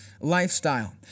lifestyle